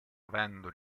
avendo